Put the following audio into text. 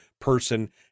person